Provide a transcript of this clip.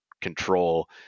control